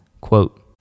quote